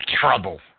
trouble